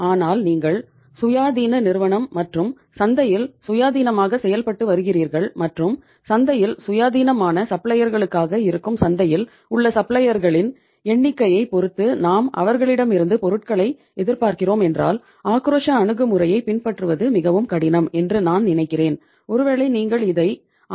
ஆனால் நீங்கள் சுயாதீன நிறுவனம் மற்றும் சந்தையில் சுயாதீனமாக செயல்பட்டு வருகிறீர்கள் மற்றும் சந்தையில் சுயாதீனமான சப்ளையர்களாக எண்ணிக்கையைப் பொறுத்து நாம் அவர்களிடமிருந்து பொருட்களை எதிர்பார்க்கிறோம் என்றால் ஆக்ரோஷ அணுகுமுறையைப் பின்பற்றுவது மிகவும் கடினம் என்று நான் நினைக்கிறேன் ஒருவேளை நீங்கள் இதை ஆபத்தானது என்றும் அழைக்கலாம்